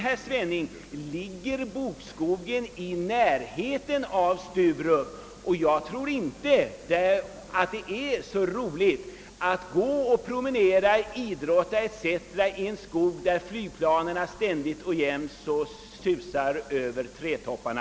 Bokskogen ligger emellertid i närheten av Sturup, och jag tror inte att det är så roligt att promenera eller idrotta i en skog där flygplanen ständigt och jämt susar över trädtopparna.